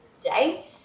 day